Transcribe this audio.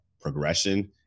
progression